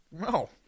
No